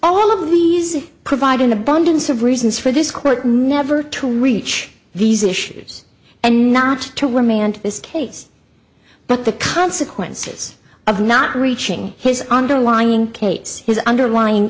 these provide an abundance of reasons for this court never to reach these issues and not to remand this case but the consequences of not reaching his underlying kates his underlying